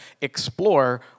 explore